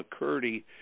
McCurdy